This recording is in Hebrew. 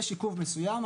יש עיכוב מסויים,